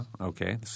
Okay